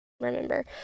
remember